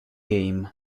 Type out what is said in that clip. games